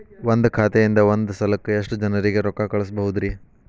ಒಂದ್ ಖಾತೆಯಿಂದ, ಒಂದ್ ಸಲಕ್ಕ ಎಷ್ಟ ಜನರಿಗೆ ರೊಕ್ಕ ಕಳಸಬಹುದ್ರಿ?